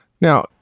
Now